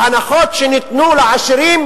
ההנחות שניתנו לעשירים